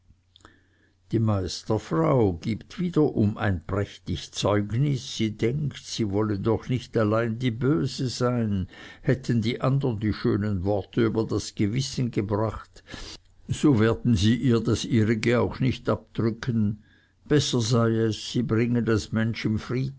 die meisterfrau gibt wiederum ein prächtig zeugnis sie denkt sie wolle doch nicht allein die böse sein hätten die andern die schönen worte über das gewissen gebracht so werden sie ihr das ihrige auch nicht abdrücken besser sei es sie bringe das mensch im frieden